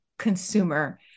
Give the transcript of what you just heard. Consumer